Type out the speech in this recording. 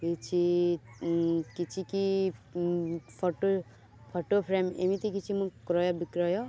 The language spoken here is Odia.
କିଛି କିଛି କି ଫଟୋ ଫଟୋ ଫ୍ରେମ୍ ଏମିତି କିଛି ମୁଁ କ୍ରୟ ବିକ୍ରୟ